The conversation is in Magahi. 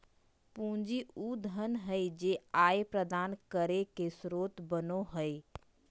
पूंजी उ धन हइ जे आय प्रदान करे के स्रोत बनो हइ